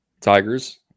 Tigers